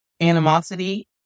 animosity